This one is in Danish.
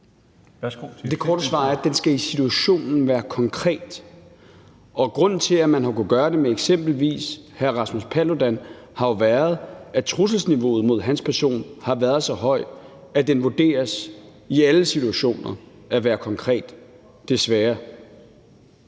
Det korte svar er, at faren i situationen skal være konkret. Grunden til, at man har kunnet gøre det eksempelvis over for Rasmus Paludan, har jo været, at trusselsniveauet mod hans person har været så højt, at den i alle situationer er blevet vurderet